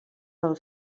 del